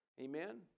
amen